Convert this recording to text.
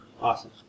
Awesome